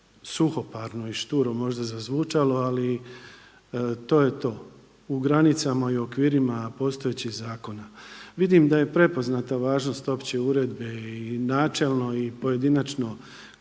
suhoparno i šturo možda zazvučalo ali to je to u granicama i okvirima postojećih zakona. Vidim da je prepoznata važnost opće uredbe i načelno i pojedinačno